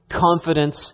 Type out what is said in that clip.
confidence